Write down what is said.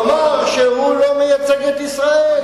זה שהוא אמר שהוא לא מייצג את ישראל,